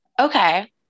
Okay